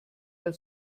der